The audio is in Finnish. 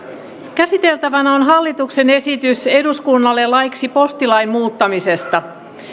käsiteltävänä on hallituksen esitys eduskunnalle laiksi postilain muuttamisesta